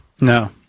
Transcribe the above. No